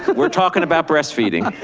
we're talking about breastfeeding,